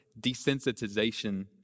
desensitization